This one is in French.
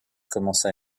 commença